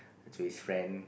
to his friend